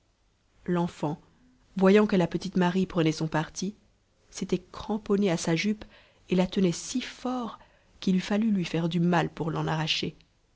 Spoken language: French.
l'enfant voyant que la petite marie prenait son parti s'était cramponné à sa jupe et la tenait si fort qu'il eût fallu lui faire du mal pour l'en arracher